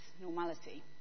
normality